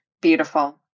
Beautiful